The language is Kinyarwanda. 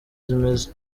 zimeze